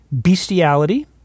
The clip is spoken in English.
bestiality